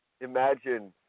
imagine